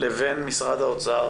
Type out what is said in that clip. לבין משרד האוצר,